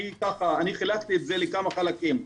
אני ככה חילקתי את זה לכמה חלקים.